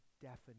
definition